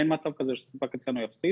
אין מצב כזה שספק יפסיד